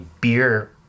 beer